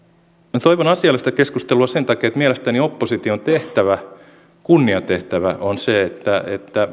minä toivon asiallista keskustelua sen takia että mielestäni opposition tehtävä kunniatehtävä on se että